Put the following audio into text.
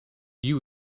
you